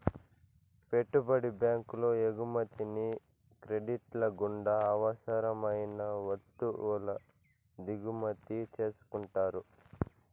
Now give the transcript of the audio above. పెట్టుబడి బ్యాంకులు ఎగుమతిని క్రెడిట్ల గుండా అవసరం అయిన వత్తువుల దిగుమతి చేసుకుంటారు